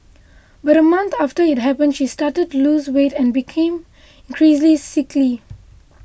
but a month after it happened she started to lose weight and became increasingly sickly